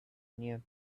knew